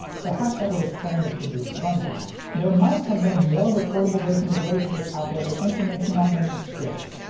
perhaps that would explain its reduced runtime. there might have been more recordable versions of laserdisc out there, but information on them is scarce.